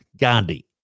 Gandhi